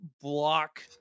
block